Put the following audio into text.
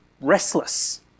restless